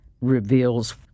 reveals